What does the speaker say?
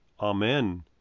Amen